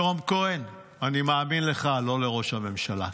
יורם כהן, אני מאמין לך ולא לראש הממשלה.